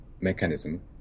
mechanism